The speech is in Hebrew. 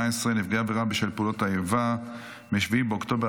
18) (נפגעי עבירה בשל פעולות האיבה מ-7 באוקטובר),